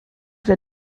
der